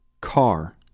Car